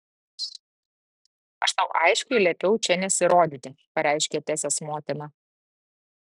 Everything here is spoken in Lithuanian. aš tau aiškiai liepiau čia nesirodyti pareiškė tesės motina